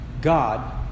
God